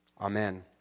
Amen